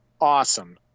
awesome